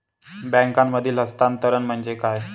बँकांमधील हस्तांतरण म्हणजे काय?